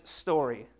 story